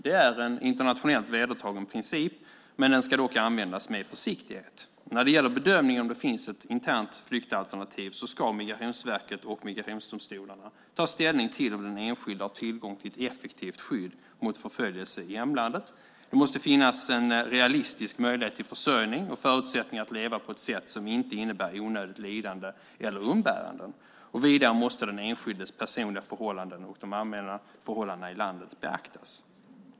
Det är en internationellt vedertagen princip. Den ska dock användas med försiktighet. När det gäller att bedöma om det finns ett internt flyktalternativ ska Migrationsverket och migrationsdomstolarna ta ställning till om den enskilde har tillgång till ett effektivt skydd mot förföljelse i hemlandet. Det måste finnas en realistisk möjlighet till försörjning och förutsättningar att leva på ett sätt som inte innebär onödigt lidande eller umbäranden. Vidare måste den enskildes personliga förhållanden och de allmänna förhållandena i landet beaktas.